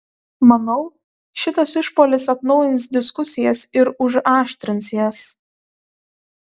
manau šitas išpuolis atnaujins diskusijas ir užaštrins jas